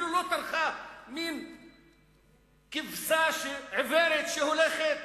מין כבשה עיוורת שהולכת